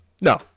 No